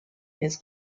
his